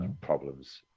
problems